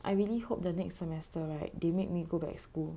I really hope the next semester right they make me go back school